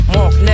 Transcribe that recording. Mark